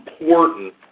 important